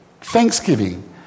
thanksgiving